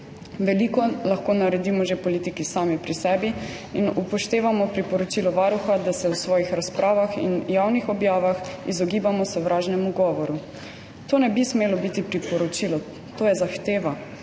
Veliko lahko naredimo že politiki sami pri sebi in upoštevamo priporočilo Varuha, da se v svojih razpravah in javnih objavah izogibamo sovražnemu govoru. To ne bi smelo biti priporočilo, to je zahteva.